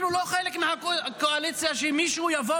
אנחנו לא חלק מהקואליציה שמישהו יוכל